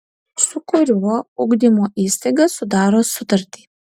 su kuriuo ugdymo įstaiga sudaro sutartį